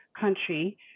country